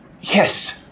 Yes